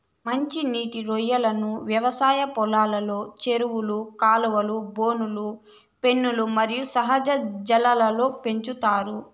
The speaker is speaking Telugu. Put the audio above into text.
మంచి నీటి రొయ్యలను వ్యవసాయ పొలంలో, చెరువులు, కాలువలు, బోనులు, పెన్నులు మరియు సహజ జలాల్లో పెంచుతారు